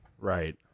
Right